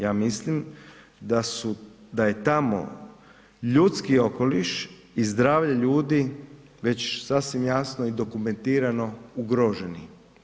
Ja mislim da je tamo ljudski okoliš i zdravlje ljudi već sasvim jasno i dokumentirano ugroženi.